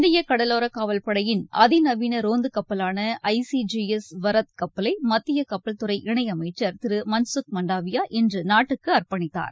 இந்திய கடலோரக் காவல்படையின் அதி நவீன ரோந்து கப்பலான I C G S Varad கப்பலை மத்திய கப்பல்துறை இணையமைச்சர் திரு மன்சுக் மண்டாவியா இன்று நாட்டுக்கு அர்ப்பணித்தார்